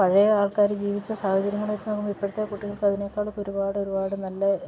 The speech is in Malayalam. പഴയ ആൾക്കാർ ജീവിച്ച സാഹചര്യങ്ങൾ വെച്ചു നോക്കുമ്പോൾ ഇപ്പോഴത്തെ കുട്ടികൾക്ക് അതിനേക്കാളൊക്കെ ഒരുപാട് ഒരുപാട് നല്ലത്